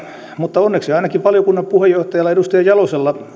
mutta onneksi ainakin valiokunnan puheenjohtajalla edustaja jalosella